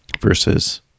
versus